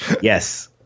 Yes